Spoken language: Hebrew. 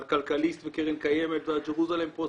על כלכליסט וקרן קיימת ועל ג'רוזלם פוסט,